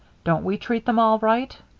don't we treat them all right?